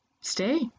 Stay